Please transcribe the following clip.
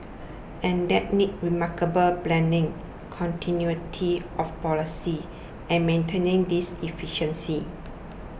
and that needs remarkable planning continuity of policy and maintaining this efficiency